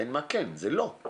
אין מה כן, זה לא.